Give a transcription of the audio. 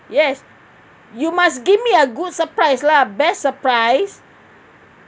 yes you must give me a good surprise lah best surprise